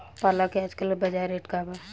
पालक के आजकल बजार रेट का बा?